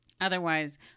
otherwise